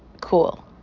cool